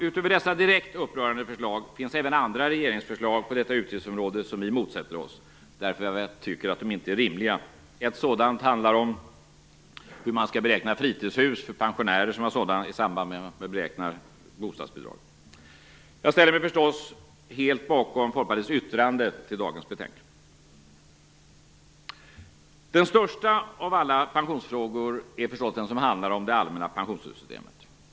Utöver dessa direkt upprörande förslag finns även andra regeringsförslag på detta utgiftsområde som vi motsätter oss därför att vi tycker att de inte är rimliga. Ett sådant handlar om hur man skall beräkna fritidshus för pensionärer som har sådana i samband med beräkning av bostadsbidrag. Jag ställer mig förstås helt bakom Folkpartiets yttrande till dagens betänkande. Den största av alla pensionsfrågor är förstås den som handlar om det allmänna pensionssystemet.